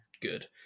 good